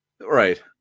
Right